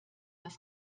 das